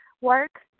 work